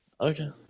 okay